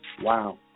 Wow